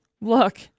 look